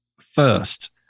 first